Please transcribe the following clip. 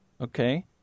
okay